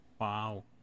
Wow